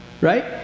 Right